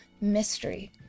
mystery